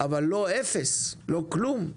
אבל לא אפס, לא כלום,